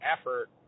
effort